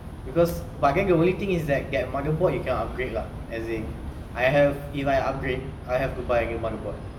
because but the only thing is that that motherboard you cannot upgrade lah as in I have if I upgrade I have to buy a new motherboard